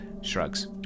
Shrugs